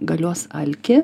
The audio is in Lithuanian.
galios alkį